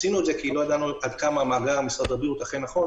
עשינו את זה כי לא ידענו עד כמה מאגר משרד הבריאות נכון,